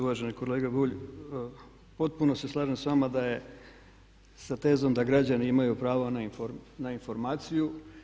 Uvaženi kolega Bulj potpuno se slažem s vama sa tezom da građani imaju pravo na informaciju.